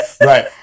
Right